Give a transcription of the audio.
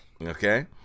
Okay